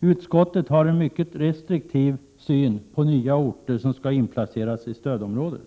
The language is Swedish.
Utskottet har en mycket restriktiv syn på nya orter, som skall inplaceras i stödområden.